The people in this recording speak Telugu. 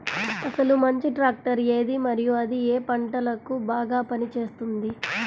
అసలు మంచి ట్రాక్టర్ ఏది మరియు అది ఏ ఏ పంటలకు బాగా పని చేస్తుంది?